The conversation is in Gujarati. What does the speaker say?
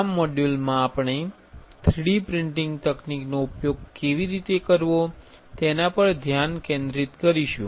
આ મોડ્યુલ માં આપણે 3D પ્રિન્ટિંગ તકનીકનો ઉપયોગ કેવી રીતે કરવો તેના પર ધ્યાન કેન્દ્રિત કરીશું